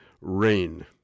rain